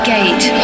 Gate